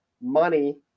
money